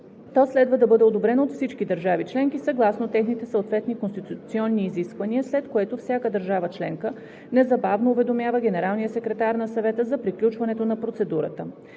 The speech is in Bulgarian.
то следва да бъде одобрено от всички държави членки съгласно техните съответни конституционни изисквания, след което всяка държава членка незабавно уведомява генералния секретар на Съвета за приключването на процедурата.